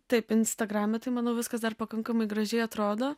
taip instagrame tai manau viskas dar pakankamai gražiai atrodo